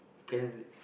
can